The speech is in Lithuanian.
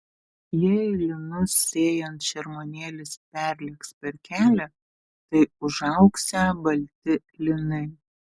jei linus sėjant šermuonėlis perlėks per kelią tai užaugsią balti linai